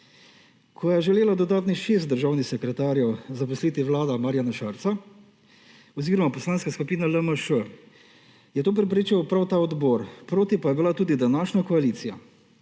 Ko je želela dodatnih šest državnih sekretarjev zaposliti vlada Marjana Šarca oziroma Poslanska skupina LMŠ, je to preprečil prav ta odbor, proti pa je bila tudi današnja koalicija.